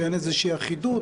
שאין אחידות,